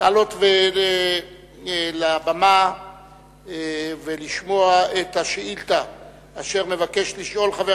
לעלות לבמה ולשמוע את השאילתא אשר מבקש לשאול חבר